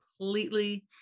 completely